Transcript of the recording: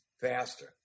faster